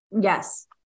Yes